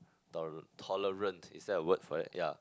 toler~ tolerant is that the word for it ya